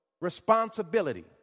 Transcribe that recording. responsibility